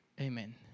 Amen